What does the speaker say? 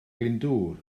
glyndŵr